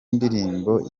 ndirimbo